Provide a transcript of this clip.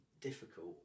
difficult